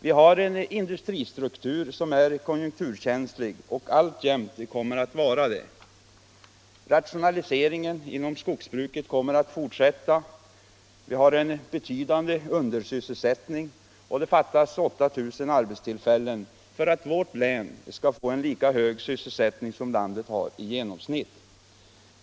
Vi har en industristruktur som är konjunkturkänslig och alltjämt kommer att vara det. Rationaliseringen inom skogsbruket kommer att fortsätta. Vi har en betydande undersysselsättning, och det fattas 8000 arbetstillfällen för att vårt län skall få en lika hög sysselsättning som landet har i genomsnitt.